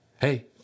Hey